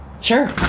Sure